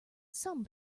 some